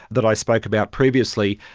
that i spoke about previously,